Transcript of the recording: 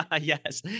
yes